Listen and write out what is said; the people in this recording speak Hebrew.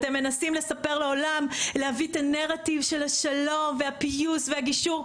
אתם מנסים לספר לעולם להביא את הנרטיב של השלום והפיוס והגישור,